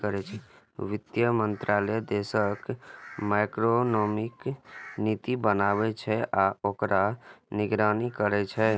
वित्त मंत्रालय देशक मैक्रोइकोनॉमिक नीति बनबै छै आ ओकर निगरानी करै छै